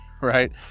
right